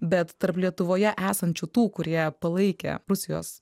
bet tarp lietuvoje esančių tų kurie palaikė rusijos